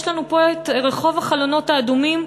יש לנו פה רחוב החלונות האדומים.